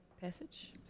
passage